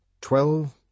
twelve